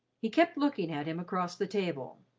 he kept looking at him across the table.